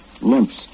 limps